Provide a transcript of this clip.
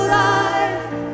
life